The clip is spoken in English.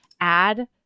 add